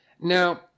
Now